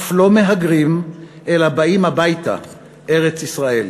אף לא מהגרים, אלא באים הביתה, ארץ-ישראל".